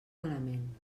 malament